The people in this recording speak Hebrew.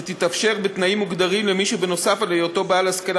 שיתאפשר בתנאים מוגדרים למי שנוסף על היותו בעל השכלה